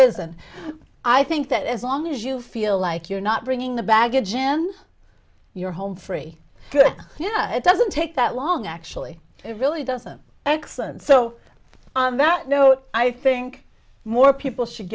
isn't i think that as long as you feel like you're not bringing the baggage him you're home free yeah it doesn't take that long actually it really doesn't x and so on that note i think more people should